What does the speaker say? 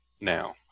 now